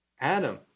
Adam